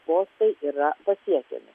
postai yra pasiekiami